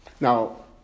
Now